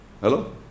Hello